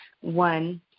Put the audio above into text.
one